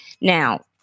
Now